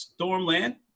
Stormland